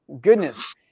goodness